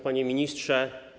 Panie Ministrze!